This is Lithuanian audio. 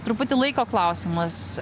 truputį laiko klausimas